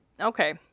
okay